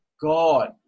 God